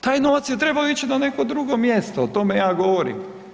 Taj novac je trebao ići na neko drugo mjesto, o tome ja govorim.